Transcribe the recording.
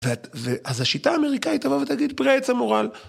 ואז השיטה האמריקאית תבוא ותגיד פרי העץ המורעל.